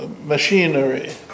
machinery